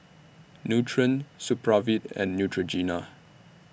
Nutren Supravit and Neutrogena